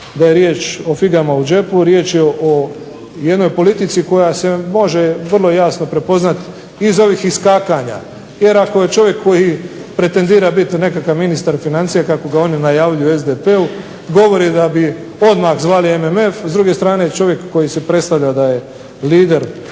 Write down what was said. da je riječ o figama u džepu, riječ je o jednoj politici koja se može vrlo jasno prepoznati iz ovih iskakanja, jer ako je čovjek koji pretendira biti nekakav ministar financija kako ga oni najavljuju u SDP-u, govori da bi odmah zvali MMF. S druge strane, čovjek koji se predstavlja da je lider